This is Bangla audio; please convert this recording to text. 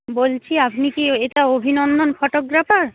বলছি আপনি কি এটা অভিনন্দন ফটোগ্রাফার